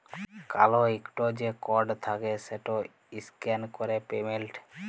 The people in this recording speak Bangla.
কাল ইকট যে কড থ্যাকে সেট ইসক্যান ক্যরে পেমেল্ট